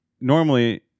normally